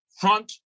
front